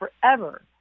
forever